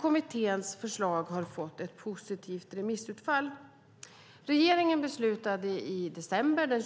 Kommitténs förslag har fått ett positivt remissutfall. Regeringen beslutade den 20 december